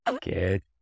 Good